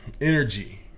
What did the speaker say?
energy